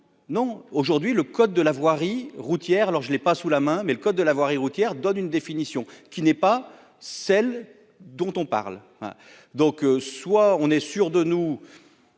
non aujourd'hui le code de la voirie routière alors je l'ai pas sous la main mais le code de la voirie routière donne une définition qui n'est pas celle dont on parle donc, soit on est sûr de nous,